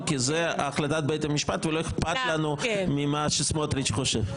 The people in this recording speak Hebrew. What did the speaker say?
כי זאת החלטת בית המשפט ולא אכפת להם ממה שסמוטריץ' חושב.